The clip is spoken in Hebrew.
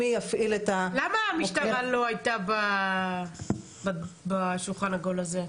מי יפעיל את --- למה המשטרה לא הייתה בשולחן העגול הזה,